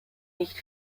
nicht